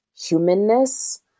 humanness